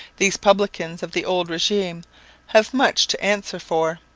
these publicans of the old regime have much to answer for.